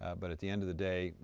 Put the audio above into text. ah but at the end of the day,